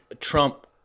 Trump